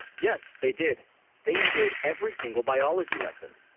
yes they, did they enjoyed every single biology lesson